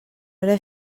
era